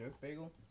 Bagel